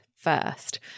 First